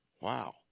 wow